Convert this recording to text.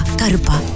Karupa